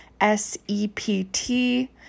S-E-P-T